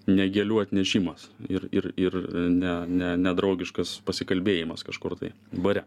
ne gėlių atnešimas ir ir ir ne ne ne draugiškas pasikalbėjimas kažkur tai bare